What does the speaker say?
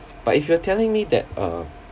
but if you are telling me that uh